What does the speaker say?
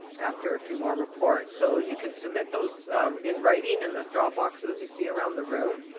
after a few more reports. so, you can submit those in writing in the drop-boxes you see around the room,